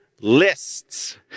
lists